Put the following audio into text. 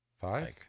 five